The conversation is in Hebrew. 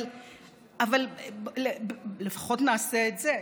אבל לפחות נעשה את זה.